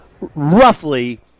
roughly